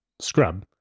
scrub